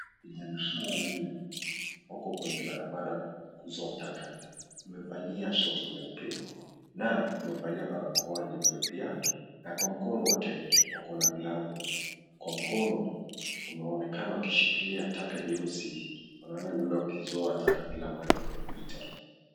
Vijana hawa wanne wako kwenye barabara kuzoa taka, wamevalia shati nyeupe na wamevalia barakoa nyeupe pia na kwa mkono wote wako na glavu. Kwa mkono wanaonekana wakishikilia taka jeusi, wanaonekana wakizoa taka kila mahali wanapopita.